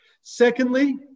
Secondly